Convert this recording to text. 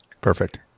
Perfect